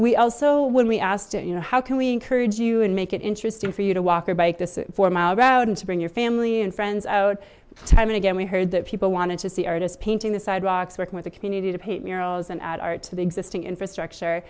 we also when we asked it you know how can we encourage you and make it interesting for you to walk or bike this four mile route and to bring your family and friends out time and again we heard that people wanted to see artists painting the sidewalks working with the community to paint murals and add art to the existing infrastructure